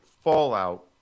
fallout